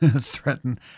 threaten